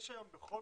יש היום בכל